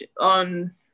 on